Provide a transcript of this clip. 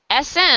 SM